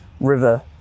river